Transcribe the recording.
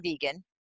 vegan